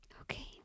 Okay